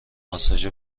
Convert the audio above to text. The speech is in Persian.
ماساژ